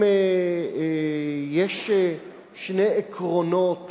אם יש שני עקרונות